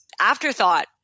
afterthought